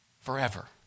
forever